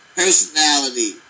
personality